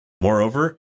Moreover